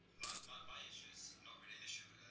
my my issue is not really an issue.